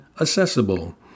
accessible